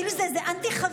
כאילו זה איזה אנטי-חרדיות?